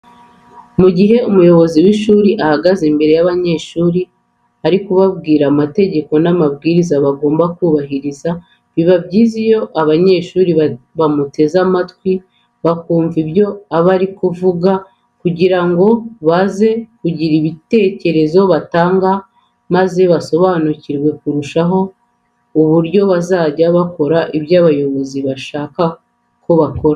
Mu gihe umuyobozi w'ishuri ahagaze imbere y'abanyeshuri ari kubabwira amategeko n'amabwiriza bagomba kubahiriza, biba byiza iyo abanyeshuri bamuteze amatwi bakumva ibyo aba ari kuvuga kugira ngo baze kugira igitekerezo batanga maze basobanukirwe kurushaho uburyo bazajya bakora ibyo abayobozi bashaka ko bakora.